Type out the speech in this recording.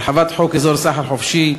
הרחבת חוק אזור סחר חופשי,